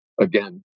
again